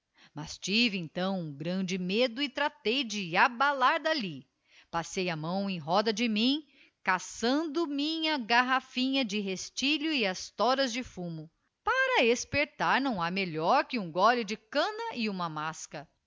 mas tive então um grande medo e tratei de abalar d'alli passei a mão em roda de mim caçando minha garrafinha de restillo e as toras de fumo para espertar não ha melhor que um gole de canna e uma masca